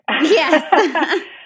Yes